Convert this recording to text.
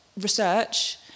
research